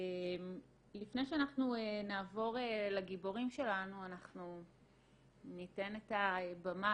לפני שאנחנו נעבור לגיבורים שלנו אנחנו ניתן את הבמה